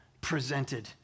presented